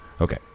Okay